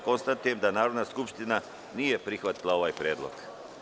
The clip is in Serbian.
Konstatujem da Narodna skupština nije prihvatila ovaj predlog.